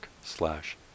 slash